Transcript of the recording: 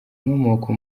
inkomoko